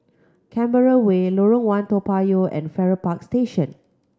Canberra Way Lorong One Toa Payoh and Farrer Park Station